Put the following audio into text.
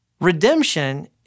Redemption